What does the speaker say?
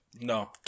No